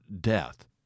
death